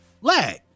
lag